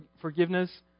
Forgiveness